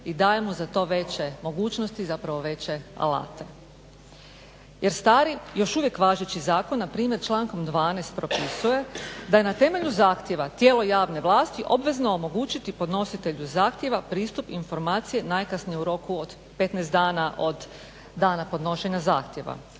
i daje mu za to veće mogućnosti, zapravo veće alate, jer stari još uvijek važeći zakon npr. člankom 12. propisuje da je na temelju zahtjeva tijelo javne vlasti obvezno omogućiti podnositelju zahtjeva pristup informacije najkasnije u roku od 15 dana od dana podnošenja zahtjeva,